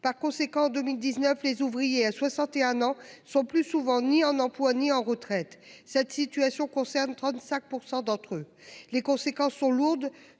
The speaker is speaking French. Par conséquent, en 2019, les ouvriers à 61 ans sont plus souvent ni en emploi, ni en retraite. Cette situation concerne 35% d'entre eux, les conséquences sont lourdes.